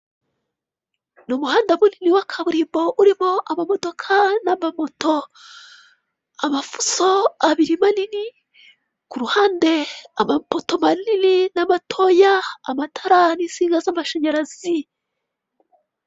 Umuhanda munini wa kaburimbo urimo amamodoka n'amamoto. Amafuso ababiri manini, ku ruhande amapoto abiri manini n'amatoya, amatara n'insinga z'amashanyarazi.